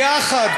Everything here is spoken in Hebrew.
יחד,